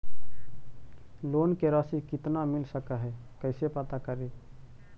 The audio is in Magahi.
लोन के रासि कितना मिल सक है कैसे पता करी?